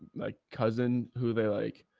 like cousin who they, like,